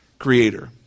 creator